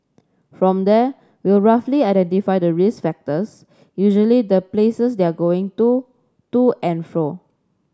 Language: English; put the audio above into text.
from there we'll roughly identify the risk factors usually the places they're going to to and fro